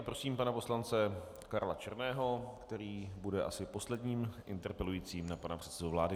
Prosím pana poslance Karla Černého, který bude asi posledním interpelujícím na pana předsedu vlády.